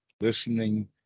listening